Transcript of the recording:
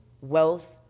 wealth